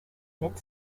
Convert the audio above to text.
mid